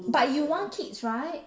but you want kids right